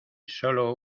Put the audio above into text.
solo